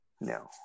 No